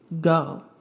go